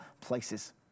places